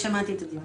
שמעתי את הדיון.